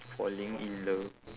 falling in love